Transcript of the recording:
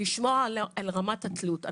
לשמור על רמת התלות.